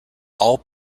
all